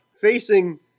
facing